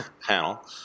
panel